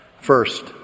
First